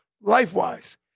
life-wise